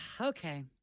Okay